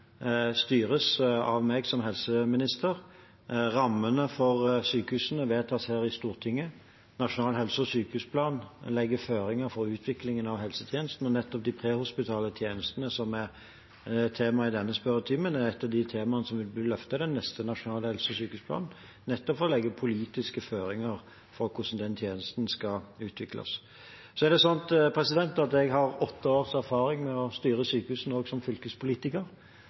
styres av meg som helseminister. Rammene for sykehusene vedtas her i Stortinget. Nasjonal helse- og sykehusplan legger føringer for utviklingen av helsetjenestene, og nettopp de prehospitale tjenestene, som er tema i denne spørretimen, er et av de temaene som vil bli løftet i den neste helse- og sykehusplanen, nettopp for å legge politiske føringer for hvordan den tjenesten skal utvikles. Jeg har åtte års erfaring med å styre sykehusene også som fylkespolitiker,